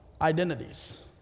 identities